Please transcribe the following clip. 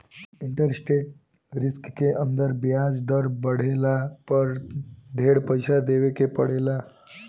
interest rate risk के अंदर ब्याज दर बाढ़ला पर ढेर पइसा देवे के पड़ेला